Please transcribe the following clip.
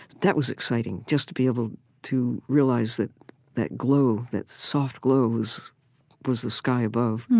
that was exciting, just to be able to realize that that glow, that soft glow, was was the sky above,